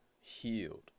healed